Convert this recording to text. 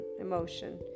emotion